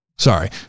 Sorry